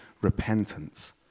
repentance